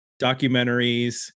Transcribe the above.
documentaries